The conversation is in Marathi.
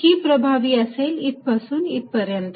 ही प्रभावी असेल इथपासून इथपर्यंत